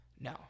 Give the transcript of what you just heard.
No